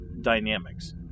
dynamics